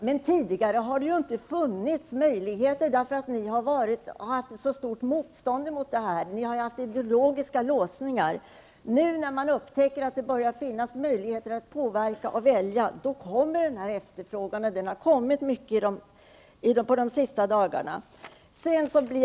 Men tidigare har det inte funnits några möjligheter, eftersom ni socialdemokrater har haft ett så stort motstånd. Det har varit ideologiska låsningar. Nu när folk börjar upptäcka att det finns möjligheter att påverka och välja kommer denna efterfrågan. Den efterfrågan har kommit den senaste tiden.